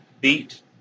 beat